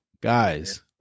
guys